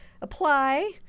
apply